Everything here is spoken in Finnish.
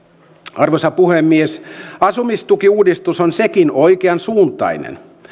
arvoisa puhemies asumistukiuudistus on sekin oikeansuuntainen